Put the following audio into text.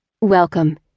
welcome